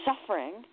suffering